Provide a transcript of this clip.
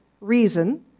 reason